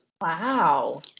Wow